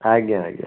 ଆଜ୍ଞା ଆଜ୍ଞା